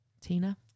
Tina